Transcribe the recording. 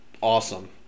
awesome